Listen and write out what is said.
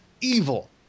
evil